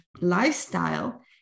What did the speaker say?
lifestyle